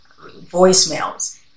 voicemails